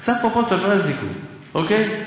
קצת פרופורציות לא יזיקו, אוקיי?